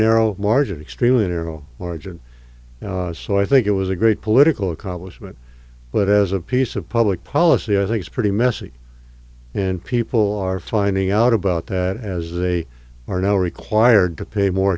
narrow margin extremely narrow margin so i think it was a great political accomplishment but as a piece of public policy i think it's pretty messy and people are finding out about that as they are now required to pay more